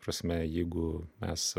prasme jeigu mes